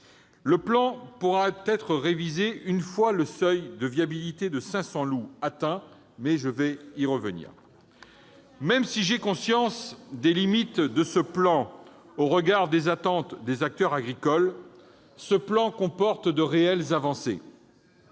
-pourra être révisé une fois le seuil de viabilité de 500 loups atteint. On y est déjà ! Même si j'ai conscience de ses limites au regard des attentes des acteurs agricoles, ce plan comporte de réelles avancées.